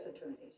attorneys